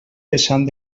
vessant